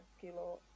kilo